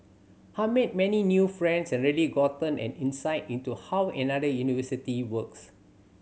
I've made many new friends and really gotten an insight into how another university works